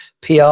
PR